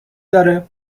داره